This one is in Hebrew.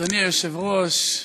אדוני היושב-ראש,